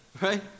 right